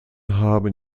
haben